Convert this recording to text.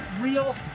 real